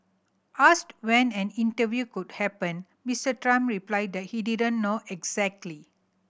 asked when an interview could happen Mister Trump replied that he didn't know exactly